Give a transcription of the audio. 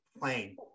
plane